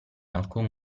alcun